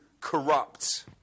corrupt